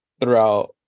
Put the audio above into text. throughout